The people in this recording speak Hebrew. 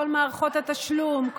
כל מערכות התשלום,